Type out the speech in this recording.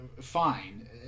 fine